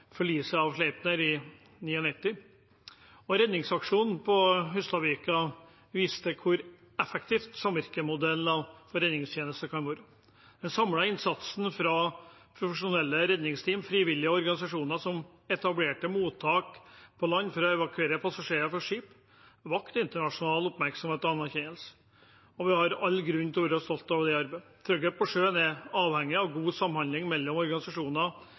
viste hvor effektive samvirkemodeller for redningstjenesten kan være. Den samlede innsatsen fra profesjonelle redningsteam og frivillige organisasjoner som etablerte mottak på land for å evakuere passasjerer fra skipet, vakte internasjonal oppmerksomhet og anerkjennelse. Vi har all grunn til å være stolte av det arbeidet. Trygghet på sjøen er avhengig av god samhandling mellom organisasjoner,